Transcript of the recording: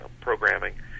programming